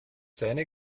zähne